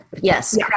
yes